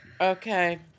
okay